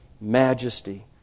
majesty